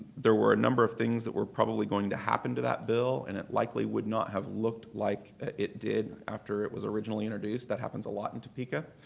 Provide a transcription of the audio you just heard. there were a number of things that were probably going to happen to that bill and it likely would not have looked like it did after it was originally introduced. that happens a lot in topeka.